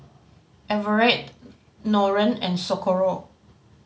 Everett Nolen and Socorro